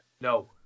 No